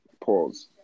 Pause